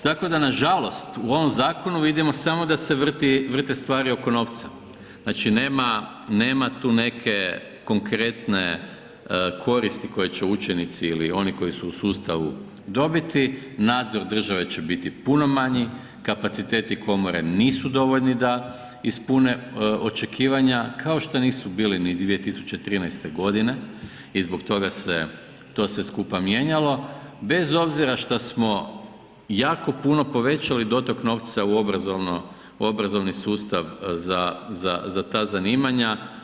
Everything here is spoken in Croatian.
Tako da nažalost u ovom zakonu vidimo samo da se vrti, vrte stvari oko novca, znači nema tu neke konkretne koristi koje će učenici ili oni koji su u sustavu dobiti, nadzor države će biti puno manji, kapaciteti komore nisu dovoljni da ispune očekivanja kao što nisu bili ni 2013. godine i zbog toga se to sve skupa mijenjalo, bez obzira što smo jako puno povećali dotok novca u obrazovni sustav za ta zanimanja.